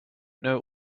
know